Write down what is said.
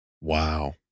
Wow